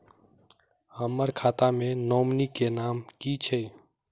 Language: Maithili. हम्मर खाता मे नॉमनी केँ नाम की छैय